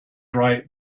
right